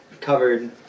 covered